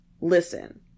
Listen